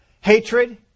hatred